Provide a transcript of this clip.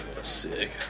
sick